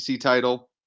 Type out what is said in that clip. title